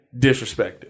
disrespected